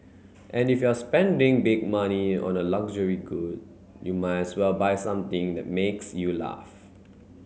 and if you're spending big money on a luxury good you might as well buy something that makes you laugh